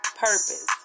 Purpose